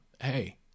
hey